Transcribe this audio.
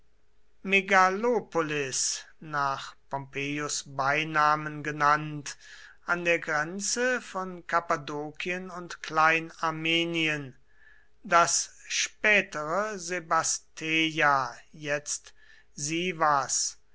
nach pompeius beinamen genannt an der grenze von kappadokien und klein armenien das spätere sebasteia